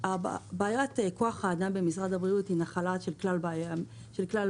בעיית כוח האדם במשרד הבריאות היא נחלתם של כלל